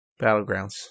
Battlegrounds